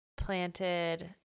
planted